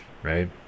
Right